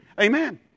Amen